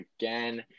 again